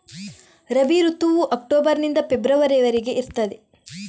ರಬಿ ಋತುವು ಅಕ್ಟೋಬರ್ ನಿಂದ ಫೆಬ್ರವರಿ ವರೆಗೆ ಇರ್ತದೆ